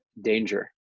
danger